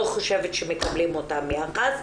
אני לא חושבת שמקבלים אותו יחס,